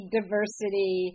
diversity